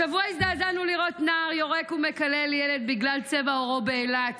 השבוע הזדעזענו לראות באילת נער יורק ומקלל ילד בגלל צבע עורו באילת.